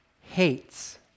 hates